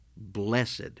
Blessed